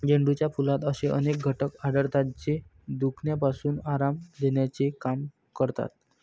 झेंडूच्या फुलात असे अनेक घटक आढळतात, जे दुखण्यापासून आराम देण्याचे काम करतात